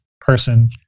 person